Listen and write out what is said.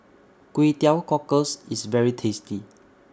Kway Teow Cockles IS very tasty